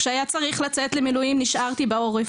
כשהיה צריך לצאת למילואים נשארתי בעורף.